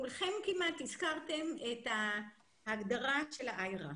כולכם כמעט הזכרתם את ההגדרה של האיירה.